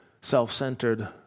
self-centered